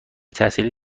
تحصیلی